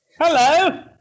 Hello